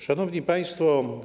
Szanowni Państwo!